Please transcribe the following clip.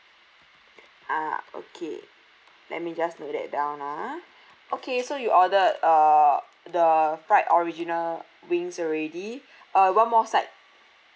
ah okay let me just note that down ah okay so you ordered uh the fried original wings already uh one more set